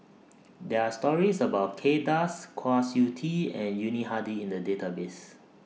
There Are stories about Kay Das Kwa Siew Tee and Yuni Hadi in The Database